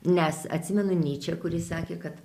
nes atsimenu nyčė kuris sakė kad